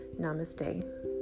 Namaste